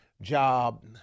job